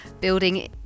building